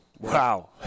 Wow